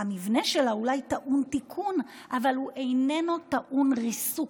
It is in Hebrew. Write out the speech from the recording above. המבנה שלה אולי טעון תיקון אבל הוא איננו טעון ריסוק?